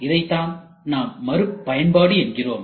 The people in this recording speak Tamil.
இதைத்தான் நாம் மறுபயன்பாடு என்கிறோம்